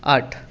आठ